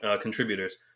contributors